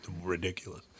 ridiculous